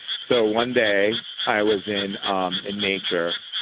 so one day, i was in um in nature.